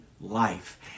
life